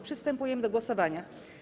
Przystępujemy do głosowania.